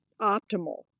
optimal